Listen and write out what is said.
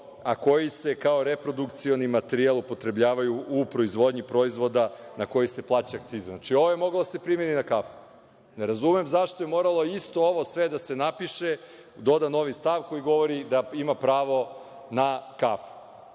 a koji se kao reprodukcioni materijali upotrebljavaju u proizvodnji proizvoda na koji se plaća akciza. Znači, ovo je moglo da se primeni na kafu. Ne razumem zašto je moralo isto ovo sve da se napiše, doda novi stav koji govori da ima pravo na kafu,